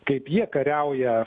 kaip jie kariauja